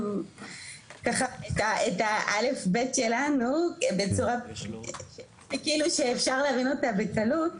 ככה את הא'-ב' שלנו בצורה כאילו שאפשר להבין אותה בקלות,